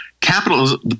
Capitalism